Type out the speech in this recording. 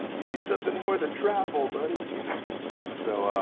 you need something more than travel, buddy. you know so